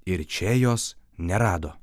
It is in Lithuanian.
ir čia jos nerado